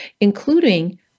including